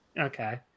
Okay